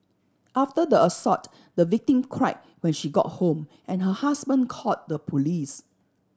after the assault the victim cried when she got home and her husband called the police